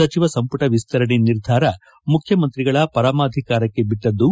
ಸಚಿವ ಸಂಪುಟ ವಿಸ್ತರಣೆ ನಿರ್ಧಾರ ಮುಖ್ಯಮಂತ್ರಿಗಳ ಪರಮಾಧಿಕಾರಕ್ಕೆ ಬಿಟ್ಟದ್ದು